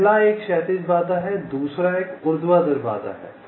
पहला एक क्षैतिज बाधा है दूसरा एक ऊर्ध्वाधर बाधा है